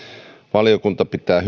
valiokunta pitää